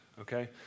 Okay